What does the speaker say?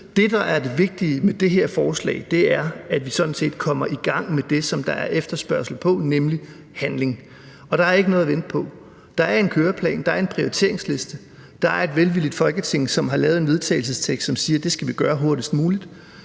det vigtige med det her forslag, er, at vi sådan set kommer i gang med det, som der er efterspørgsel på, nemlig handling. Og der er ikke noget at vente på. Der er en køreplan, der er en prioriteringsliste, og der er et velvilligt Folketing, som har vedtaget et forslag til vedtagelse, som siger, at det skal vi gøre hurtigst muligt,